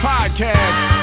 Podcast